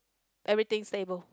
everything stable